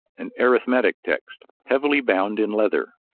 an arithmetic text, heavily bound in leather.